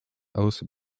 also